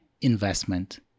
investment